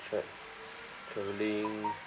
tra~ travelling